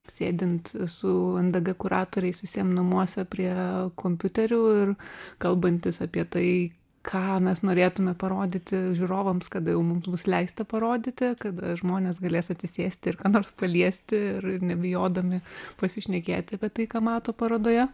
sėdint su ndg kuratoriais visiem namuose prie kompiuterių ir kalbantis apie tai ką mes norėtumėme parodyti žiūrovams kada jau mums bus leista parodyti kada žmonės galės atsisėsti ir ką nors paliesti ir nebijodami pasišnekėti apie tai ką mato parodoje